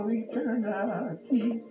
eternity